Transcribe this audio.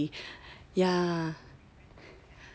yeah